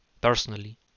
personally